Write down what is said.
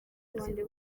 akazi